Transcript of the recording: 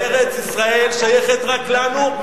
ארץ-ישראל שייכת רק לנו,